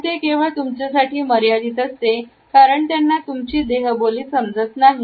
पण ते केवळ तुमच्यासाठी मर्यादित असते कारण त्यांना तुमची देहबोली समजत नाही